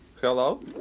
Hello